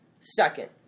Second